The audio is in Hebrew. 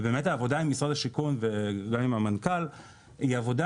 ובאמת העבודה עם משרד השיכון וגם עם המנכ"ל היא עבודה